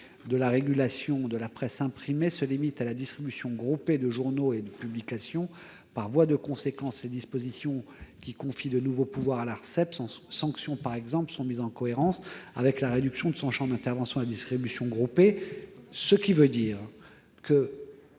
de la régulation de la presse imprimée, se limite à la distribution groupée de journaux et de publications. Par voie de conséquence, les dispositions qui confient de nouveaux pouvoirs, notamment de sanction, à l'Arcep sont mises en cohérence avec la réduction du champ d'intervention de celle-ci à la distribution groupée. Mes chers collègues,